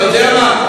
אתה יודע מה?